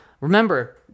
Remember